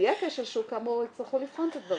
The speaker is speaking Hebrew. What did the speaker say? אם יהיה כשל שוק, כאמור, יצטרכו לבחון את הדברים.